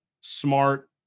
Smart